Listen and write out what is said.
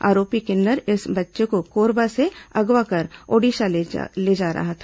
आरोपी किन्नर इस बच्चे को कोरबा से अगवा कर ओड़िशा ले जा रहा था